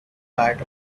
light